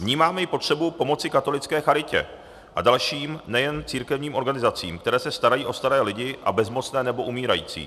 Vnímáme i potřebu pomoci katolické charitě a dalším, nejen církevním organizacím, které se starají o staré lidi a bezmocné nebo umírající.